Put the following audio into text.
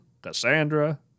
Cassandra